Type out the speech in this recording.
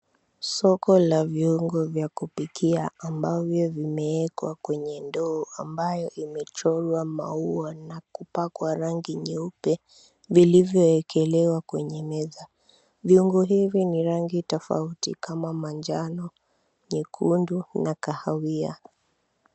Soko la viungo vya kupikia ambavyo vimeekwa kwenye ndoo ambayo imechorwa maua na kupakwa rangi nyeupe vilivyoekelewa kwenye meza. Viungo hivi ni rangi tofauti kama; manjano, nyekundu na kahawia.